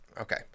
Okay